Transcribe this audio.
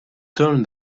turn